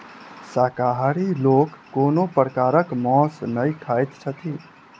शाकाहारी लोक कोनो प्रकारक मौंस नै खाइत छथि